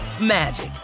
magic